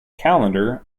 calendar